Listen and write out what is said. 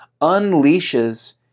unleashes